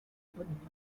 reproduite